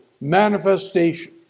manifestation